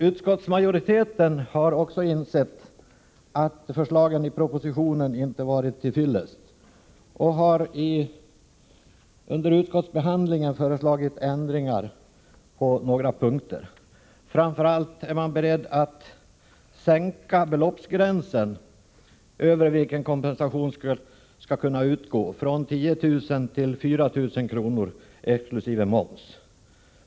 Utskottsmajoriteten har också insett att förslagen i propositionen inte varit till fyllest och har under utskottsbehandlingen föreslagit ändringar på några punkter. Framför allt är man beredd att sänka beloppsgränsen över vilken kompensation skall kunna utgå från 10 000 kr. till 4 000 kr., exkl. moms.